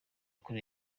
kure